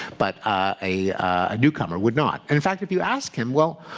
but a newcomer would not. and in fact, if you ask him, well,